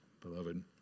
Beloved